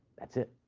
that's it.